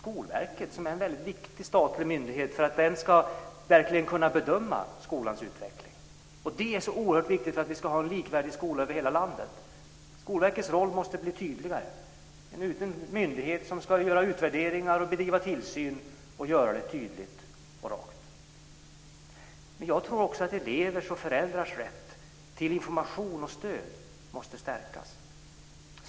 Skolverket är en väldigt viktig statlig myndighet för att vi verkligen ska kunna bedöma skolans utveckling. Det är oerhört viktigt för att vi ska få en likvärdig skola över hela landet. Skolverkets roll måste bli tydligare. Det ska vara en myndighet som ska göra utvärderingar och bedriva tillsyn, och göra det tydligt och rakt. Men jag tror också att elevers och föräldrars rätt till information och stöd måste stärkas.